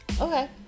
Okay